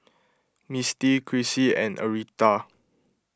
Misty Krissy and Aretha